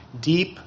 Deep